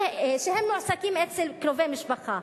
מכיוון שהם מועסקים אצל קרובי משפחה,